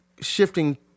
shifting